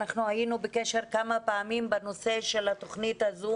אנחנו היינו בקשר כמה פעמים בנושא של התוכנית הזוב